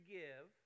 give